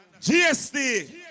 GSD